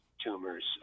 tumors